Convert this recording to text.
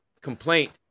complaint